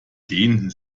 den